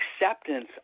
acceptance